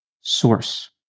source